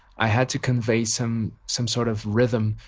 i had to convey some some sort of rhythm,